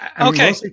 okay